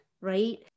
right